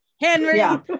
Henry